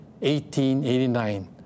1889